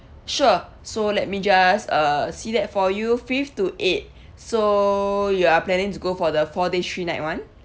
sure so let me just uh see that for you fifth to eighth so you are planning to go for the four day three night [one]